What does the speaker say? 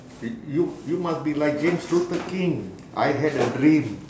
you you you must be like james luther king I had a dream